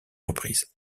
reprises